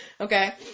Okay